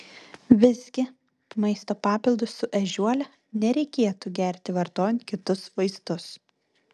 visgi maisto papildus su ežiuole nereikėtų gerti vartojant kitus vaistus